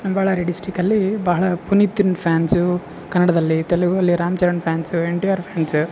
ನಾನು ಬಳ್ಳಾರಿ ಡಿಸ್ಟಿಕ್ ಅಲ್ಲಿ ಬಹಳ ಪುನೀತನ ಫ್ಯಾನ್ಸು ಕನ್ನಡದಲ್ಲಿ ತೆಲುಗುಲ್ಲಿ Ram Charan fans N T R fans